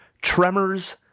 Tremors